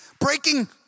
breaking